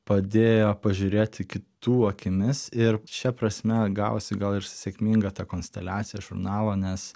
padėjo pažiūrėti kitų akimis ir šia prasme gavosi gal ir sėkminga ta konsteliacija žurnalo nes